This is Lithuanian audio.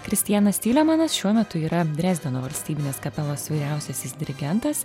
kristianas tylemanas šiuo metu yra drezdeno valstybinės kapelos vyriausiasis dirigentas